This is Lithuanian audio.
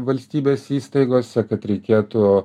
valstybės įstaigose kad reikėtų